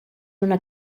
una